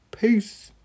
Peace